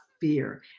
fear